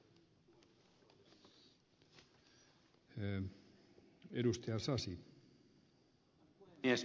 herra puhemies